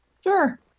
Sure